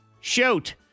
Shoot